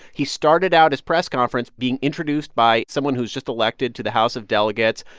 he started out his press conference being introduced by someone who was just elected to the house of delegates,